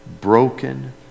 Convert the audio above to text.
broken